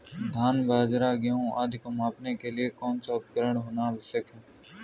धान बाजरा गेहूँ आदि को मापने के लिए कौन सा उपकरण होना आवश्यक है?